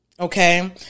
Okay